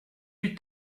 plus